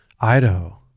Idaho